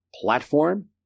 platform